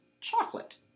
chocolate